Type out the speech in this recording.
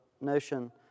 notion